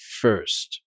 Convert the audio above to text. first